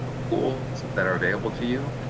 ah pools that are available to you.